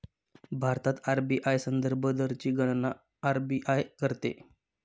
भारतात आर.बी.आय संदर्भ दरची गणना आर.बी.आय करते